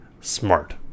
smart